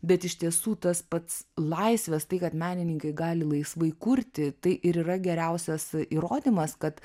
bet iš tiesų tas pats laisvės tai kad menininkai gali laisvai kurti tai ir yra geriausias įrodymas kad